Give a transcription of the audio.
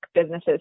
businesses